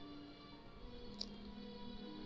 stock एक प्रकार क सिक्योरिटी होला